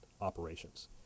operations